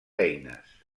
eines